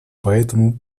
поэтому